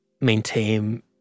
maintain